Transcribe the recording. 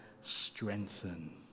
strengthen